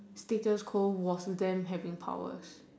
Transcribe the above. status quo was them having powers